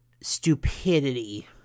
stupidity